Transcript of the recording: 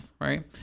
right